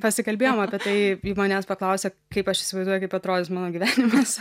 pasikalbėjom apie tai ji manęs paklausė kaip aš įsivaizduoju kaip atrodys mano gyvenimas